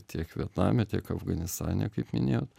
tiek vietname tiek afganistane kaip minėjot